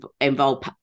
involve